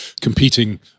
competing